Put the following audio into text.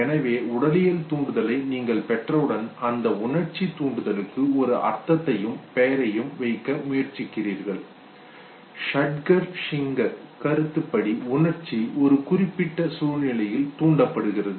எனவே உடலியல் தூண்டுதலை நீங்கள் பெற்றவுடன் அந்த உணர்ச்சித் தூண்டுதலுக்கு ஒரு அர்த்தத்தையும் பெயரையும் வைக்க முயற்சிக்கிறீர்கள் ஷாக்டர் சிங்கர் கருத்துப்படி உணர்ச்சி ஒரு குறிப்பிட்ட சூழ்நிலையில் தூண்டப்படுகிறது